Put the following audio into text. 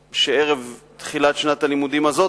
שערב תחילת שנת הלימודים הזאת,